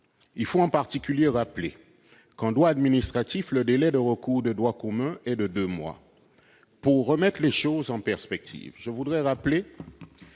Il convient notamment de rappeler que, en droit administratif, le délai de recours de droit commun est de deux mois. Pour remettre les choses en perspective, je voudrais rappeler